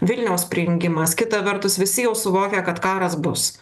vilniaus prijungimas kita vertus visi jau suvokia kad karas bus